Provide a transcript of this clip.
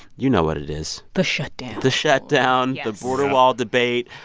you know what it is the shutdown the shutdown, the border wall debate.